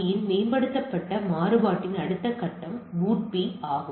RARP இன் மேம்படுத்தப்பட்ட மாறுபாட்டின் அடுத்த கட்டம் BOOTP ஆகும்